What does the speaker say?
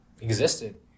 existed